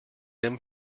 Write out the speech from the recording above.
them